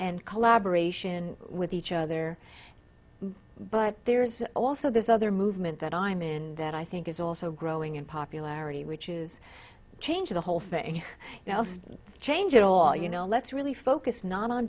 and collaboration with each other but there's also this other movement that i'm in that i think is also growing in popularity which is changing the whole thing change it all you know let's really focus not on